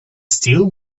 still